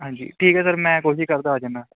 ਹਾਂਜੀ ਠੀਕ ਹੈ ਸਰ ਮੈਂ ਕੋਸ਼ਿਸ਼ ਕਰਦਾ ਆ ਜਾਂਦਾ